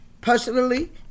personally